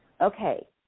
okay